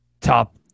top